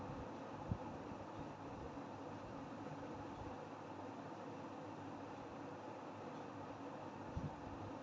ethical bank और conventional bank की नियमावली समान होती है